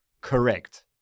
Correct